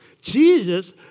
Jesus